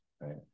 right